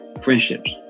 friendships